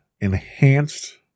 enhanced